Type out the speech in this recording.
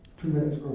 two minutes